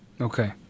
Okay